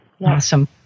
Awesome